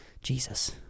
Jesus